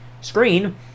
screen